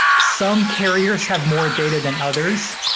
some carriers have more data than others.